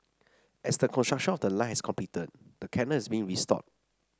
as the construction of the line has completed the canal is being restored